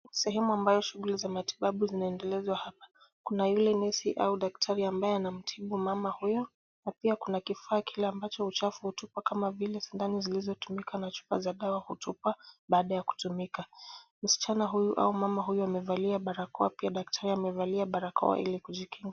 Sehemu ambayo shughuli za matibabu inaendelea hapa. Kuna yule nesi au daktari ambaye anamtibu mama huyo. Na pia kuna kifaa kile ambacho uchafu hutupwa kama vile sindano zilizotumika na chupa za dawa hutupwa baada ya kutumika. Msichana huyu au mama huyu amevalia barakoa pia daktari amevalia barakoa ili kujikinga.